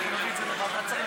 אנחנו נביא את זה לוועדת השרים.